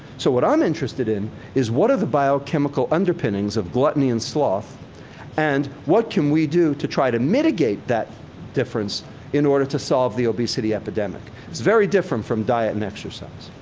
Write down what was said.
so, what i'm interested in is what are the biochemical underpinnings of gluttony and sloth and what can we do try to mitigate that difference in order to solve the obesity epidemic? it's very different from diet and exercise.